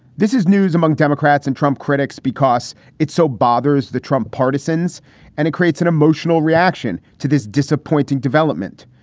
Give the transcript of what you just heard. this is news among democrats and trump critics because it so bothers the trump partisans and it creates an emotional reaction to this disappointing development.